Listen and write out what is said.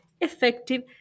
effective